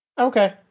Okay